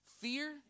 Fear